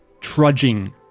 trudging